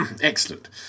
excellent